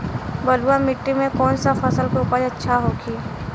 बलुआ मिट्टी में कौन सा फसल के उपज अच्छा होखी?